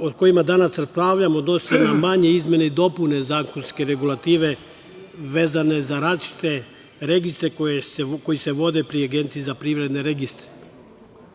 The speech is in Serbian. o kojima danas raspravljamo odnose se na manje izmene i dopune zakonske regulative vezane za različite registre koji se vode pri Agenciji za privredne registre.U